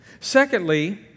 Secondly